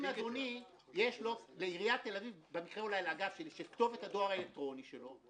אם לעירית תל אביב יש את כתובת הדואר האלקטרוני של אדוני,